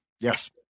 Yes